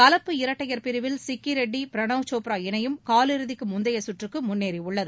கலப்பு இரட்டையர் பிரிவில் சிக்கிரெட்டி பிரணாவ் சோப்ரா இணையும் காலிறுதிக்கு முந்தைய சுற்றுக்கு முன்னேறியுள்ளது